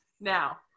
now